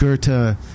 Goethe